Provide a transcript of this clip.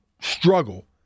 struggle